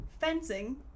fencing